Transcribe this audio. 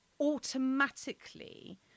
automatically